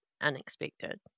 unexpected